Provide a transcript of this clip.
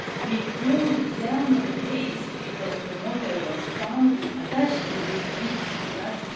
we crawl down on the base because the model was firmly attached to this big black,